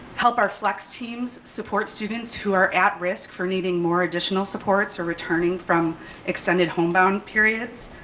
help our flex teams support students who are at risk for needing more additional supports or returning from extended home bound periods.